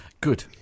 Good